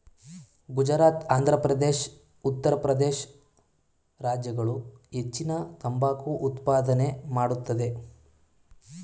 ಗುಜರಾತ್, ಆಂಧ್ರಪ್ರದೇಶ, ಉತ್ತರ ಪ್ರದೇಶ ರಾಜ್ಯಗಳು ಹೆಚ್ಚಿನ ತಂಬಾಕು ಉತ್ಪಾದನೆ ಮಾಡತ್ತದೆ